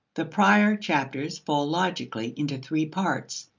the prior chapters fall logically into three parts.